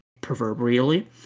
proverbially